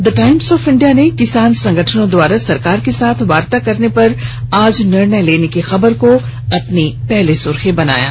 the Times of India ने किसान संगठनों द्वारा सरकार के साथ वार्ता करने पर आज निर्णय लेने की खबर को पहली सुखी बनईा है